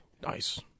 Nice